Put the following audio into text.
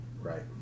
Right